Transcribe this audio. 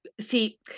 see